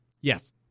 Yes